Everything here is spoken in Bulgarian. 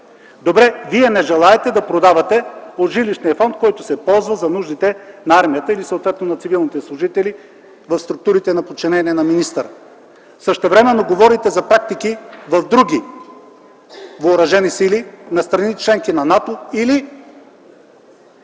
Добре, вие не желаете да продавате от жилищния фонд, който се ползва за нуждите на армията, съответно за цивилните служители в структурите на подчинение на министъра. Същевременно говорите за практики в други въоръжени сили в страните – членки на НАТО, или